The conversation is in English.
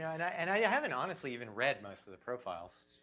and and i yeah haven't honestly even read most of the profiles.